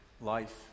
life